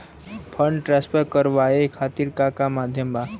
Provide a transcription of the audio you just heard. Fund transfer करवाये खातीर का का माध्यम बा?